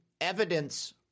evidence